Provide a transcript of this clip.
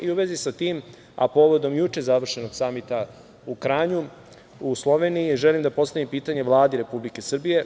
U vezi sa tim, a povodom juče završenog samita u Kranju u Sloveniji, želim da postavim pitanje Vladi Republike Srbije.